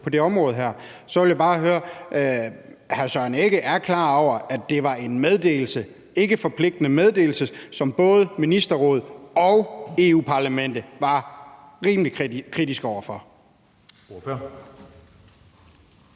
på det her område. Så vil jeg bare høre: Er hr. Søren Egge Rasmussen klar over, at det var en ikkeforpligtende meddelelse, som både Ministerrådet og Europa-Parlamentet var rimelig kritiske over for? Kl.